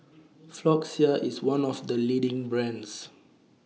Floxia IS one of The leading brands